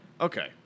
Okay